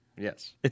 Yes